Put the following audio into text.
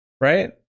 Right